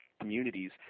communities